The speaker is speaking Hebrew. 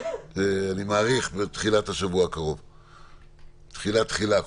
אני מעריך שהיא תהיה בתחילת השבוע הקרוב.